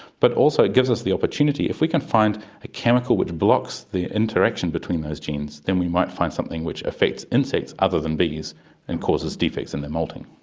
but also it gives us the opportunity, if we can find a chemical which blocks the interaction between those genes than we might find something which affects insects other than bees and causes defects in their moulting.